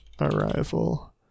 arrival